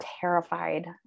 terrified